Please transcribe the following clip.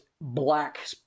black